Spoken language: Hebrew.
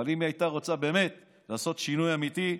הייתה רוצה באמת לעשות שינוי אמיתי,